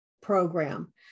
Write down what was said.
program